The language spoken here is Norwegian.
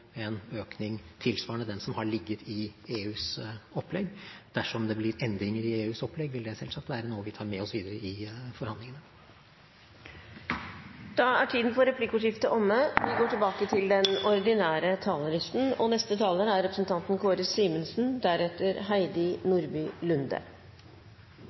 en økning tilsvarende den som har ligget i EUs opplegg. Dersom det blir endringer i EUs opplegg, vil det selvsagt være noe vi tar med oss videre i forhandlingene. Replikkordskiftet er